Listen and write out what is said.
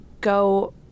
go